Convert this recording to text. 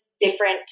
different